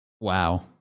Wow